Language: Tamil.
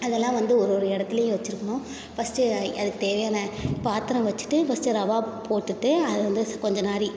அதெல்லாம் வந்து ஒரு ஒரு இடத்துலையும் வச்சிருக்கணும் ஃபஸ்ட்டு அதுக்கு தேவையான பாத்திரம் வச்சிட்டு ஃபஸ்ட்டு ரவை போட்டுட்டு அதை வந்து கொஞ்சம் நாழி